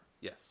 Yes